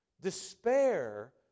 Despair